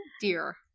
dear